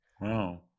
Wow